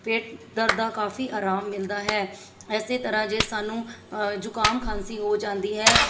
ਪੇਟ ਦਰਦ ਦਾ ਕਾਫੀ ਆਰਾਮ ਮਿਲਦਾ ਹੈ ਇਸੇ ਤਰ੍ਹਾਂ ਜੇ ਸਾਨੂੰ ਜੁਕਾਮ ਖਾਂਸੀ ਹੋ ਜਾਂਦੀ ਹੈ